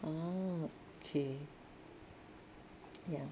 ah okay ya